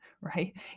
right